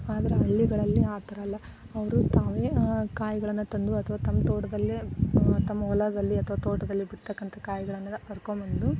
ಆದ್ರೆ ಹಳ್ಳಿಗಳಲ್ಲಿ ಆ ಥರ ಅಲ್ಲ ಅವರು ತಾವೇ ಕಾಯಿಗಳನ್ನು ತಂದು ಅಥವಾ ತಮ್ಮ ತೋಟದಲ್ಲೇ ತಮ್ಮ ಹೊಲದಲ್ಲಿ ಅಥವಾ ತೋಟದಲ್ಲಿ ಬಿಡತಕ್ಕಂಥ ಕಾಯಿಗಳನ್ನೆಲ್ಲ ಕರ್ಕೊಂಡ್ಬಂದು